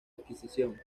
adquisición